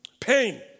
Pain